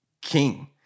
king